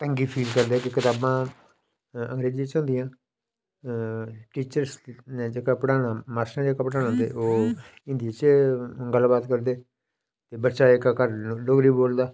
तंगी फील करदे की कताबां अंग्रेजी च होंदियां टीचर्स जेहका पढ़ाना मास्टरें जेहका पढ़ाना ते ओह् हिंदी च गल्लबात करदे ते बच्चा जेहका घर डोगरी बोलदा